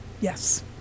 yes